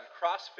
CrossFit